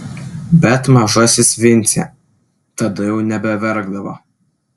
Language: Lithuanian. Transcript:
bet mažasis vincė tada jau nebeverkdavo